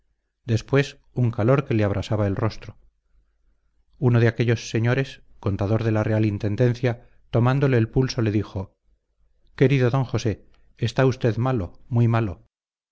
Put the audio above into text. después un calor que le abrasaba el rostro uno de aquellos señores contador de la real intendencia tomándole el pulso le dijo querido d josé está usted malo muy malo